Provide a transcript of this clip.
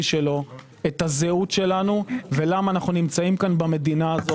שלו את הזהות שלנו ולמה אנו פה במדינה הזו.